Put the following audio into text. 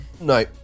No